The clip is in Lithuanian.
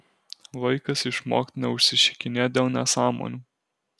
laikas išmokt neužsišikinėt dėl nesąmonių